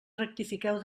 rectifiqueu